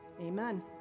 amen